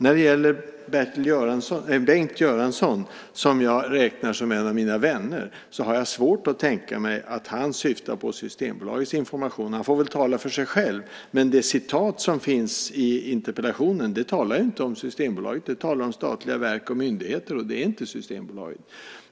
När det gäller Bengt Göransson, som jag räknar som en av mina vänner, har jag svårt att tänka mig att han syftar på Systembolagets information. Han får väl tala för sig själv. Men det citat som finns i interpellationen talar inte om Systembolaget utan om statliga verk och myndigheter, och det är inte Systembolaget.